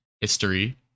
history